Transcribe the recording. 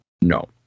No